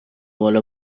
مال